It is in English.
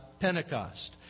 Pentecost